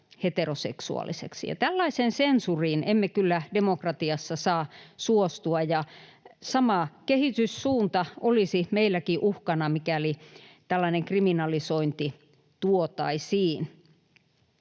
heteroseksuaaliseksi, ja tällaiseen sensuuriin emme kyllä demokratiassa saa suostua. Sama kehityssuunta olisi meilläkin uhkana, mikäli tällainen kriminalisointi tuotaisiin.